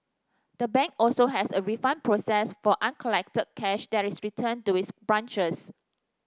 the bank also has a refund process for uncollected cash that is returned to its branches